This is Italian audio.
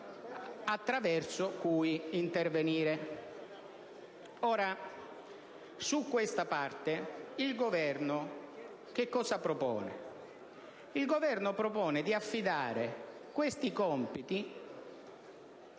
attraverso cui intervenire. Ora, su questa parte, il Governo propone di affidare questi compiti